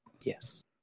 Yes